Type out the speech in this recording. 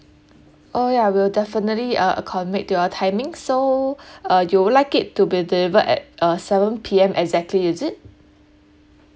oh ya we'll definitely uh accommodate to your timing so uh you will like it to be delivered at uh seven P_M exactly is it